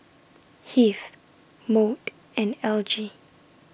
Heath Maude and Elgie